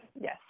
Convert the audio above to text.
Yes